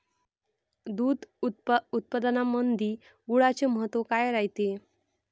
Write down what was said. दूध उत्पादनामंदी गुळाचे महत्व काय रायते?